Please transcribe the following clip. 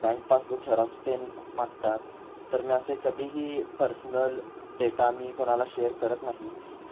bank passbook xerox तेन मागतात तर मी असे कधीही पर्सनल डेटा मी कोणाला शेअर करत नाही